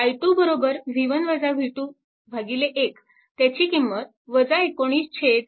i 2 1 त्याची किंमत 19 9A